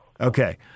Okay